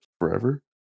forever